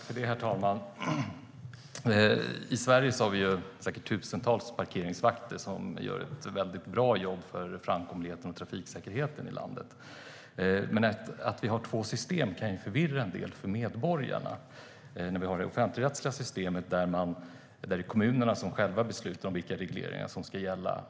Herr talman! I Sverige finns det tusentals parkeringsvakter som gör ett väldigt bra jobb för att förbättra framkomligheten och trafiksäkerheten i landet. Men att vi har två system kan ju förvirra en del för medborgarna. I det offentligrättsliga systemet är det kommunerna själva som beslutar om vilka regler som ska gälla.